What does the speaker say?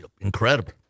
incredible